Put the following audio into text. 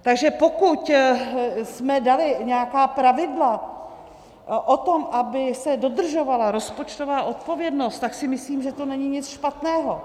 Takže pokud jsme dali nějaká pravidla o tom, aby se dodržovala rozpočtová odpovědnost, tak si myslím, že to není nic špatného.